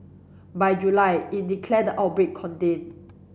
by July it declared the outbreak contained